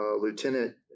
Lieutenant